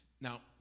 Now